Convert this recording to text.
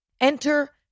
Enter